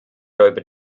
räuber